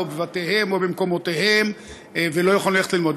בבתיהם, או במקומותיהם, ולא יכולים ללכת ללמוד.